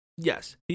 Yes